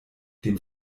dem